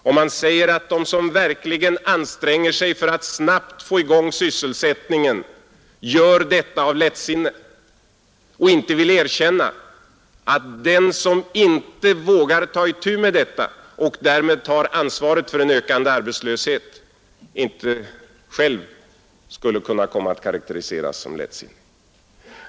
Den som säger att de som verkligen anstränger sig för att snabbt få i gång sysselsättningen gör detta av lättsinne och som inte vågar ta itu med detta och därmed tar ansvaret för en ökande arbetslöshet kommer själv att karakteriseras som lättsinnig.